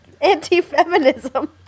anti-feminism